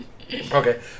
okay